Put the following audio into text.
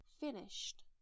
finished